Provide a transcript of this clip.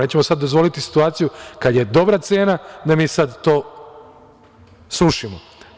Nećemo sada dozvoliti situaciju kada je dobra cena da mi sada to srušimo.